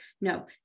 No